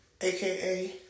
aka